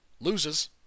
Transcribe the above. Loses